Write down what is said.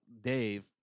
Dave